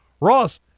Ross